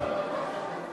סעיפים 1 2